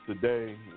today